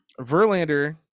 Verlander